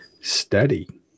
steady